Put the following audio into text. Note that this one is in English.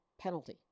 penalty